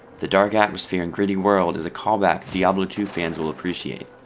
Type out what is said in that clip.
the dark atmosphere and gritty world is a callback diablo two fans will appreciate.